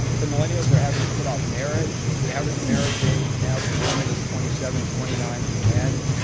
the millennials are having to put off marriage. the average marriage age now for women is twenty seven, twenty nine for men.